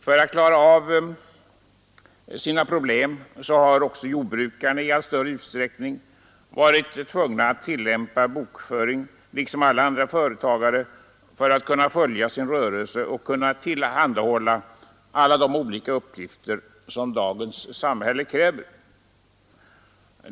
För att klara av sina problem har jordbrukarna också i allt större utsträckning varit tvungna att tillämpa bokföring liksom alla andra företagare för att kunna följa sin rörelse och kunna tillhandahålla bl.a. alla de uppgifter som dagens samhälle kräver.